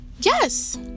yes